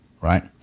right